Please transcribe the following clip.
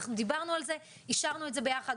אנחנו דיברנו על זה, אישרנו את זה ביחד.